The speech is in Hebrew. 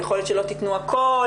יכול להיות שלא תתנו הכל,